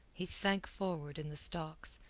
he sank forward in the stocks,